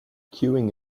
queuing